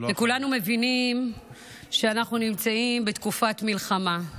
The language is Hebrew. כולנו מבינים שאנחנו נמצאים בתקופת מלחמה.